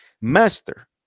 Master